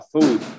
food